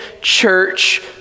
church